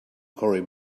corey